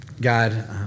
God